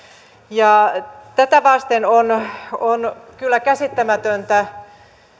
ja tätä vasten on on kyllä käsittämätöntä